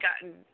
gotten